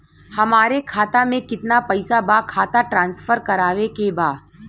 हमारे खाता में कितना पैसा बा खाता ट्रांसफर करावे के बा?